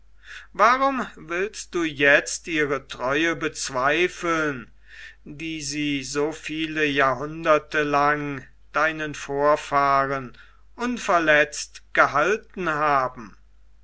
warum willst du jetzt ihre treue bezweifeln die sie so viele jahrhunderte lang deinen vorfahren unverletzt gehalten haben